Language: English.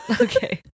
Okay